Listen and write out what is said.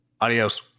Adios